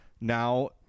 now